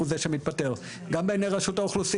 והעובד הזר הוא זה שמתפטר; גם בעיניי רשות האוכלוסין.